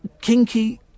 kinky